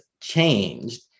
changed